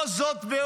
לא זאת ועוד,